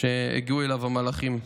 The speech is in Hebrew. כשהגיעו אליו המלאכים.